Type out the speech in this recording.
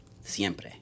siempre